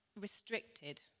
restricted